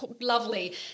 lovely